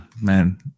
man